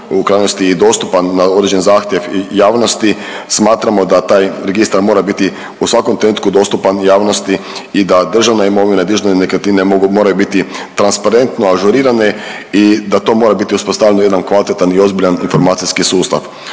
u krajnosti i dostupan na određen zahtjev javnosti, smatramo da taj registar mora biti u svakom trenutku dostupan javnosti i da državna imovina i državne nekretnine moraju biti transparentno ažurirane i da to mora uspostavljen jedan kvalitetan i ozbiljan informacijski sustav.